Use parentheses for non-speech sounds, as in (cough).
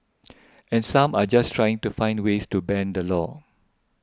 (noise) and some are just trying to find the ways to bend the law